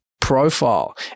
profile